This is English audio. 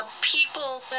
people